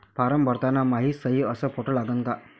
Form भरताना मायी सयी अस फोटो लागन का?